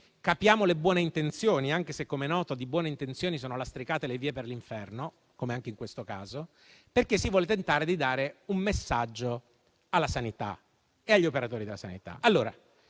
capiamo le buone intenzioni e perché, anche se, come è noto, di buone intenzioni sono lastricate le vie per l'inferno (come anche in questo caso), si vuole tentare di dare un messaggio alla sanità e agli operatori della sanità.